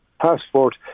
passport